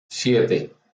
siete